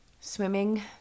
swimming